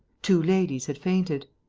two ladies had fainted.